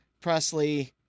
Presley